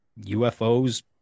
ufos